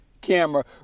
camera